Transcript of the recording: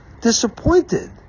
disappointed